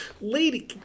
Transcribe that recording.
lady